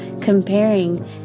comparing